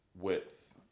width